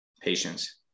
Patience